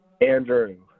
Andrew